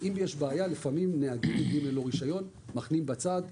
אם יש בעיה לפעמים נהגים באים בלי רישיון אז מחנים בצד,